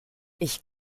ich